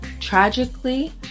tragically